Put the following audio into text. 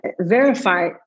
verify